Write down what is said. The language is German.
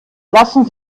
lassen